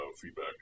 feedback